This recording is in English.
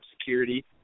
security